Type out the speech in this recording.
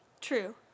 True